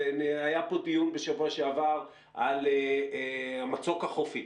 היה פה דיון בשבוע שעבר על המצוק החופי,